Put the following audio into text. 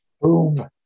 boom